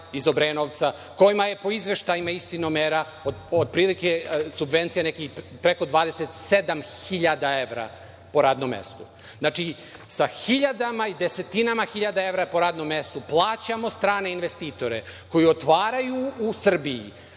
iz Obrenovca, kojima je po izveštajima „Istinomera“ otprilike subvencija preko 27.000 evra po radnom mestu. Znači, sa hiljadama i desetinama hiljada evra po radnom mestu plaćamo strane investitore koji otvaraju u Srbiji,